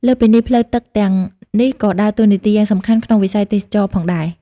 លើសពីនេះ ផ្លូវទឹកទាំងនេះក៏ដើរតួនាទីយ៉ាងសំខាន់ក្នុងវិស័យទេសចរណ៍ផងដែរ។